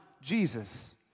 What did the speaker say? Jesus